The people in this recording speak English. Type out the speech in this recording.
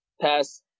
Pass